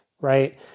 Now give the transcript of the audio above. right